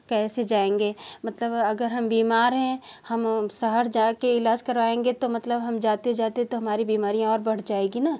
कैसे जाएँगे मतलब अगर हम बीमार है हम शहर जा के इलाज करवाएँगे तो मतलब हम जाते जाते तो हमारी बीमारी और बढ़ जाएगी ना